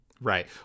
Right